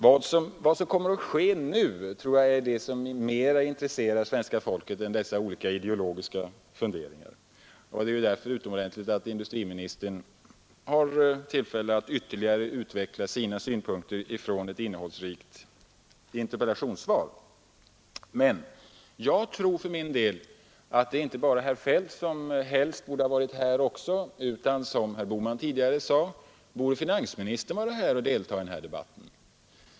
Vad som kommer att ske nu intresserar nog det svenska folket mer än dessa olika ideologiska funderingar. Det är därför utomordentligt bra att industriministern har tillfälle att ytterligare utveckla sina synpunkter från ett innehållsrikt interpellationssvar. Men det är inte bara herr Feldt som borde ha varit här utan — som herr Bohman tidigare sade — finansministern borde också ha deltagit i debatten.